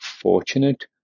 fortunate